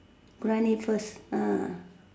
grind it first ah